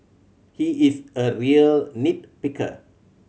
he is a real nit picker